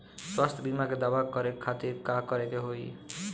स्वास्थ्य बीमा के दावा करे के खातिर का करे के होई?